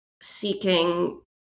seeking